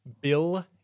Bill